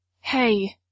Hey